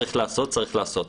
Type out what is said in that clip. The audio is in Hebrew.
צריך לעשות.